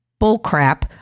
bullcrap